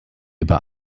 über